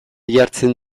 jartzen